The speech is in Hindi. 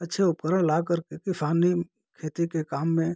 अच्छे उपकरण लाकर के किसानी खेती के काम में